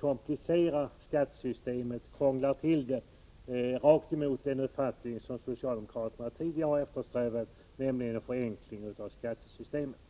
komplicerar skattesystemet och krånglar till det, tvärtemot vad socialdemokraterna tidigare har eftersträvat: en förenkling av skattesystemet.